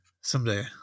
someday